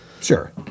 Sure